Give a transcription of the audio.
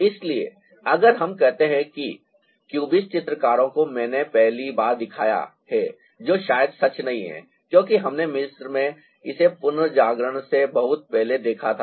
इसलिए अगर हम कहते हैं कि क्यूबिस्ट चित्रकारों को मैंने पहली बार दिखाया है जो शायद सच नहीं है क्योंकि हमने मिस्र में इसे पुनर्जागरण से बहुत पहले देखा था